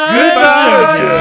Goodbye